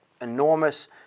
enormous